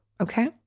Okay